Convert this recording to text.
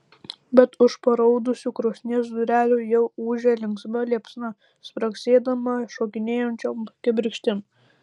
bet už paraudusių krosnies durelių jau ūžia linksma liepsna spragsėdama šokinėjančiom kibirkštim